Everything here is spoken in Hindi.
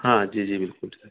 हाँ जी जी बिल्कुल ठीक है